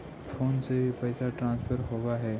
Phone से भी पैसा ट्रांसफर होवहै?